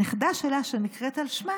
הנכדה שלה שנקראת על שמה